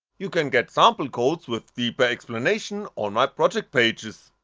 you can get sample codes with deeper explanation on my project pages.